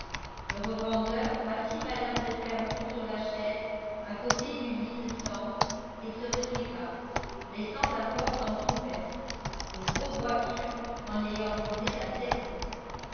le revendeur assit mme de fermont sur la chaise à côté du lit de sangle et se retira laissant la porte entr'ouverte le gros boiteux en ayant brisé la serrure